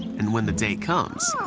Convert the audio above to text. and when the day comes,